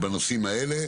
בנושאים האלה